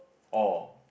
or